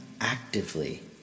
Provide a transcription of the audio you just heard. actively